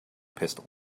pistol